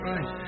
Right